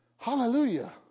Hallelujah